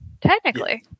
technically